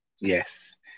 yes